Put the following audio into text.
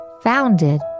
founded